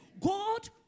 God